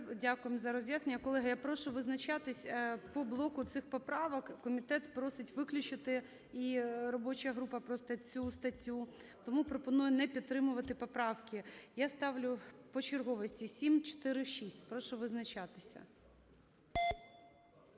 Дякуємо за роз'яснення. Колеги, я прошу визначатись по блоку цих поправок. Комітет просить виключити і робоча група просто цю статтю. Тому пропоную не підтримувати поправки. Я ставлю по черговості. 746. Прошу визначатися.